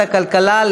נא להצביע.